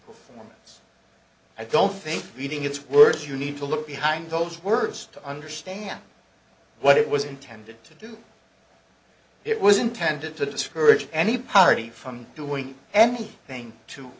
performance i don't think reading its words you need to look behind those words to understand what it was intended to do it was intended to discourage any party from doing anything to